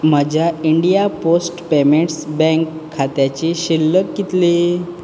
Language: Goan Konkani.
म्हज्या इंडिया पोस्ट पेमेंट्स बँक खात्याची शिल्लक कितली